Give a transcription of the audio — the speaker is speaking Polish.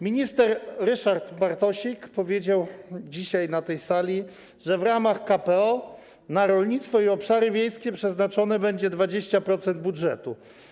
Minister Ryszard Bartosik powiedział dzisiaj na tej sali, że w ramach KPO na rolnictwo i obszary wiejskie przeznaczone będzie 20% budżetu.